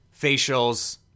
facials